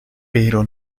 pero